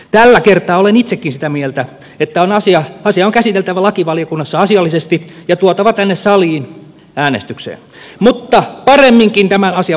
tällä kertaa olen itsekin sitä mieltä että asia on käsiteltävä lakivaliokunnassa asiallisesti ja tuotava tänne saliin äänestykseen mutta paremminkin tämän asian voisi hoitaa